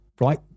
Right